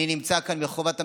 אני נמצא כאן בחובת המחאה,